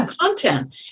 content